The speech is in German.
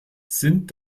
sind